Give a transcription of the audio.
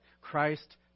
Christ